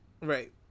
Right